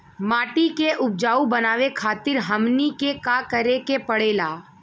माटी के उपजाऊ बनावे खातिर हमनी के का करें के पढ़ेला?